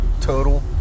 total